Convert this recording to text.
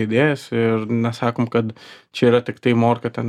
idėjas ir nesakom kad čia yra tiktai morka ten